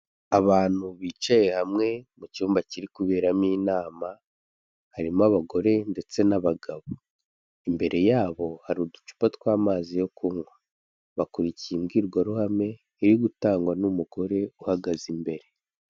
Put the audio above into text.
Abantu bicaye hamwe mu cyumba kiri kuberamo inama, harimo abagore ndetse n'abagabo, imbere yabo hari uducupa tw'amazi yo kunywa, bakurikiye imbwirwaruhame iri gutangwa n'umugore uhagaze imbere.